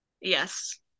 Yes